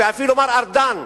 ואפילו מר ארדן,